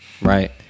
right